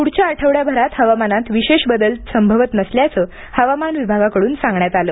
पुढच्या आठवड्याभरात हवामानात विशेष बदल संभवत नसल्याचं हवामान विभागाकडून सांगण्यात आलं